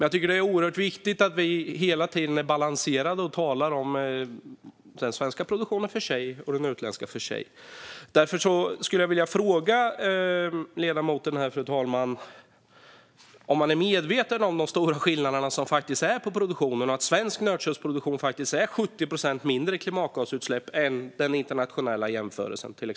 Jag tycker att det är oerhört viktigt att vi hela tiden är balanserade och talar om den svenska produktionen för sig och den utländska för sig. Jag vill därför, fru talman, fråga ledamoten om hon är medveten om den stora skillnad som finns inom produktionen. Svensk nötköttsproduktion ger till exempel 70 procent mindre klimatgasutsläpp i en internationell jämförelse.